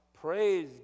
Praise